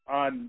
on